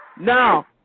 Now